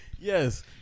Yes